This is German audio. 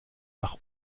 nach